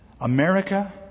America